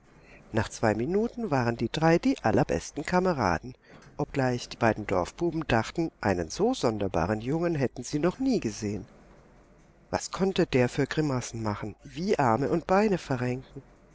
nach zwei minuten waren die drei die allerbesten kameraden obgleich die beiden dorfbuben dachten einen so sonderbaren jungen hätten sie noch nie gesehen was konnte der für grimassen machen wie arme und beine verrenken